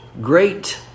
great